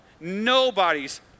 nobody's